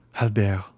albert